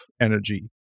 Energy